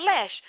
flesh